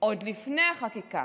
עוד לפני החקיקה.